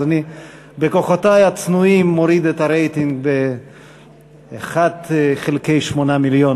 אז בכוחותי הצנועים אני מוריד את הרייטינג ב-1 חלקי 8 מיליון,